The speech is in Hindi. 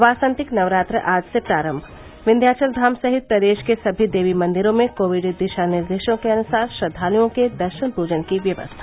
वासंतिक नवरात्र आज से आरम्म विन्ध्याचलधाम सहित प्रदेश के सभी देवीमंदिरों में कोविड दिशा निर्देशों के अनुसार श्रद्वालुओं के दर्शन पूजन की व्यवस्था